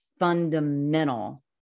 fundamental